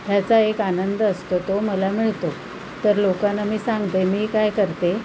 ह्याचा एक आनंद असतो तो मला मिळतो तर लोकांना मी सांगते मी काय करते